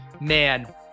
man